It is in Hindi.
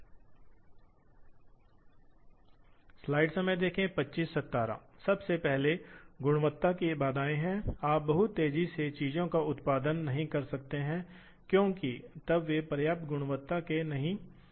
तो यह होने जा रहा है इसलिए चार निर्देशांक X 300 X 500 300 200 होने जा रहे हैं और फिर यह X 200 है क्योंकि यह 200 है और अंत में X है अब निरपेक्ष क्यों है सिस्टम को प्राथमिकता दी जाती है क्योंकि मान लीजिए कि आप इन स्थानों पर एक ड्रिल करने की कोशिश कर रहे हैं